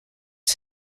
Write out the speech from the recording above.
que